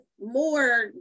more